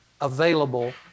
available